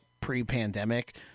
pre-pandemic